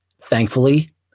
Thankfully